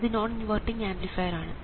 ഇത് non inverting amplifier ആണ്